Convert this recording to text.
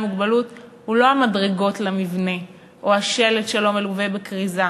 מוגבלות הוא לא המדרגות למבנה או השלט שלא מלווה בכריזה,